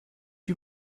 you